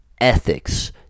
ethics